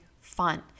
fun